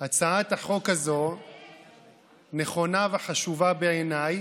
הצעת החוק הזאת נכונה וחשובה בעיניי.